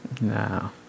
No